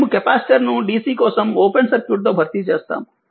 మేము కెపాసిటర్ను DC కోసం ఓపెన్ సర్క్యూట్తో భర్తీ చేస్తాము